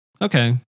okay